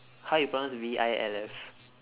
how you pronounce V I L F